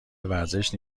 ورزش